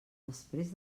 després